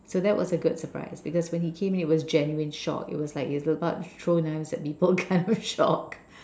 so that was a good surprise because when he came he was genuine shock it was like he was about to throw knives at people kind of shocked